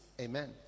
Amen